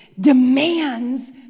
demands